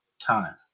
time